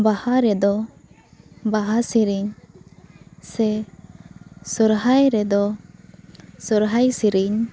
ᱵᱟᱦᱟ ᱨᱮᱫᱚ ᱵᱟᱦᱟ ᱥᱮᱨᱮᱧ ᱥᱮ ᱥᱚᱦᱚᱨᱟᱭ ᱨᱮᱫᱚ ᱥᱚᱦᱚᱨᱟᱭ ᱥᱮᱨᱮᱧ